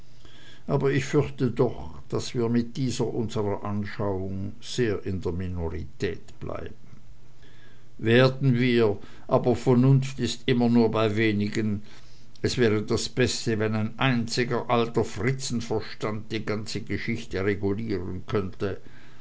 aber ich fürchte doch daß wir mit dieser unsrer anschauung sehr in der minorität bleiben werden wir aber vernunft ist immer nur bei wenigen es wäre das beste wenn ein einziger alter fritzen verstand die ganze geschichte regulieren könnte